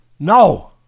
No